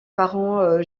parents